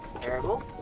terrible